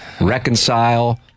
Reconcile